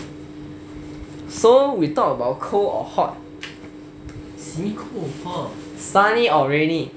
so we talked about cold or hot sunny or rainy